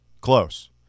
close